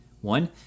One